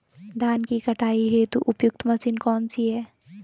धान की कटाई हेतु उपयुक्त मशीन कौनसी है?